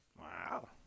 Wow